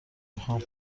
میخام